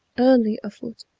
early afoot,